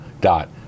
dot